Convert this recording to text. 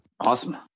Awesome